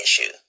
issue